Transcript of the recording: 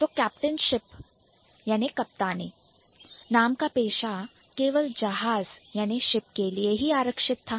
तो Captainship captainship कप्तानी नाम का पेशा केवल जहाज के लिए ही आरक्षित था